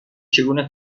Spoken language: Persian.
چطور